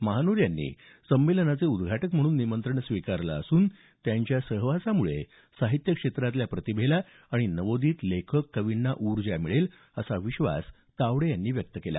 महानोर यांनी संमेलनाचे उद्घाटक म्हणून निमंत्रण स्वीकारलं असून त्यांच्या सहवासामुळे साहित्य क्षेत्रातल्या प्रतिभेला आणि नवोदित लेखक कवींना ऊर्जा मिळेल असा विश्वास तावडे यांनी व्यक्त केला